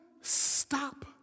stop